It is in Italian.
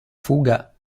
fuga